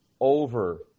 over